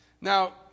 Now